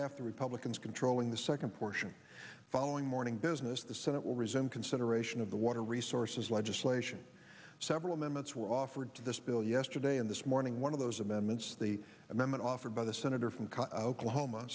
half the republicans controlling the second portion following morning business the senate will resume consideration of the water resources legislation several amendments were offered to this bill yesterday and this morning one of those amendments the amendment offered by the senator from ca oklahoma